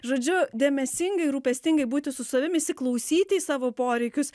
žodžiu dėmesingai rūpestingai būti su savim įsiklausyti į savo poreikius